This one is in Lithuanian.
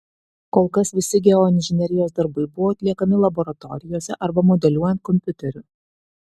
kol kas visi geoinžinerijos darbai buvo atliekami laboratorijose arba modeliuojant kompiuteriu